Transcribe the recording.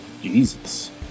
Jesus